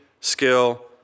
skill